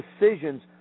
decisions